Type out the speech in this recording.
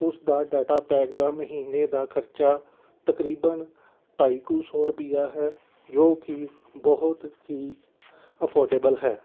ਉਸਦਾ data pack ਦਾ ਮਹੀਨੇ ਦਾ ਖਰਚਾ ਤਕਰੀਬਨ ਢਾਈ ਕੁ ਸੌ ਰੁਪਈਆ ਹੈ ਜੋ ਕਿ ਬਹੁਤ ਹੀ ਅਫੋਰਡੇਬਲ ਹੈ